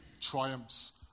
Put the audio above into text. triumphs